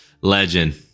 legend